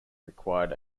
required